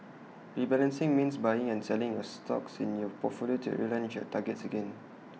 rebalancing means buying and selling A stocks in your portfolio to realign targets again